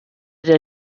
der